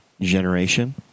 generation